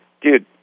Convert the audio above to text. Dude